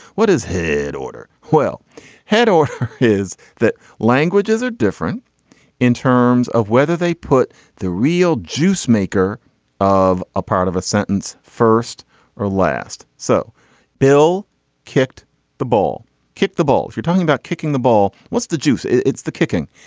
what is ahead order. well head or is that languages are different in terms of whether they put the real juice maker of a part of a sentence first or last so bill kicked the ball kick the ball. you're talking about kicking the ball. what's the juice it's the kicking.